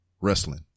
wrestling